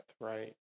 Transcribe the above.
right